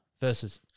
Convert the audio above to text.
versus